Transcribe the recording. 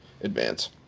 advance